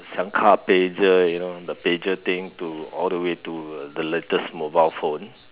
siang ka pager you know the pager thing to all the way to the latest mobile phone